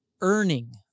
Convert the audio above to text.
earning